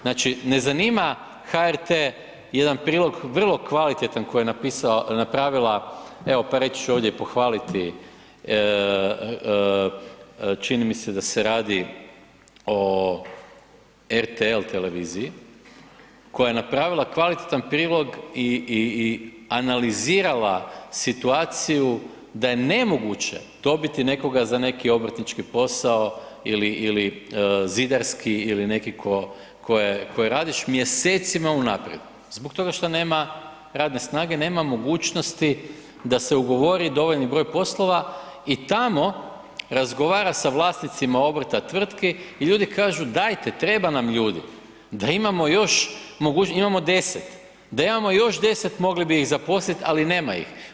Znači ne zanima HRT jedan prilog vrlo kvalitetan koji je napravila, evo pa reći ću ovdje i pohvaliti, čini mi se da se radi RTL televiziji koja je napravila kvalitetan prilog i analizirala situaciju da je nemoguće dobiti nekoga za neki obrtnički posao ili zidarski ili neki koji radiš, mjesecima unaprijed zbog toga što nema radne snage, nema mogućnosti da se ugovori dovoljan broj poslova i tamo razgovara sa vlasnicima obrta tvrtki i ljudi kažu dajte, treba nam ljudi da imamo još mogućnosti, imamo 10, da imamo još 10, mogli bi ih zaposliti ali nema ih.